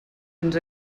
ens